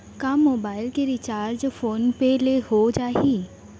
का मोबाइल के recharge PhonePe ले हो जाही?